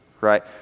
right